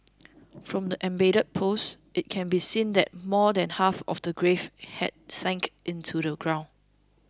from the embedded post it can be seen that more than half of the grave had sunk into the ground